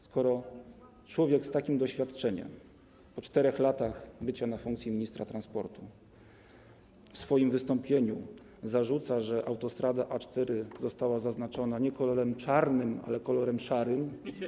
Skoro człowiek z takim doświadczeniem, po 4 latach pełnienia funkcji ministra transportu w swoim wystąpieniu zarzuca, że autostrada A4 została zaznaczona nie kolorem czarnym, ale kolorem szarym.